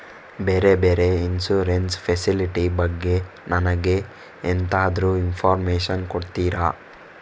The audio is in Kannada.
ಬೇರೆ ಬೇರೆ ಇನ್ಸೂರೆನ್ಸ್ ಫೆಸಿಲಿಟಿ ಬಗ್ಗೆ ನನಗೆ ಎಂತಾದ್ರೂ ಇನ್ಫೋರ್ಮೇಷನ್ ಕೊಡ್ತೀರಾ?